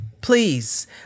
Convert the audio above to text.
please